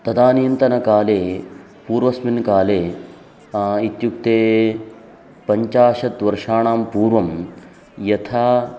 तदानीन्तनकाले पूर्वस्मिन् काले इत्युक्ते पञ्चाशत् वर्षाणां पूर्वं यथा